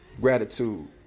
gratitude